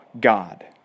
God